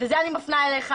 וזה אני מפנה אליך,